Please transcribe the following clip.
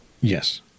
Yes